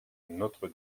notre